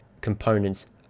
components